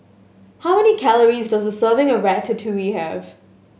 how many calories does a serving of Ratatouille have